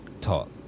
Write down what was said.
talk